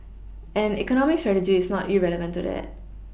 and economic strategy is not irrelevant to that